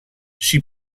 she